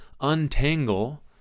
untangle